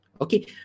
Okay